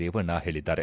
ರೇವಣ್ಣ ಹೇಳಿದ್ದಾರೆ